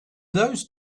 those